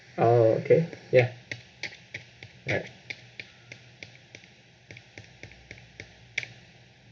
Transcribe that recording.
uh okay ya alright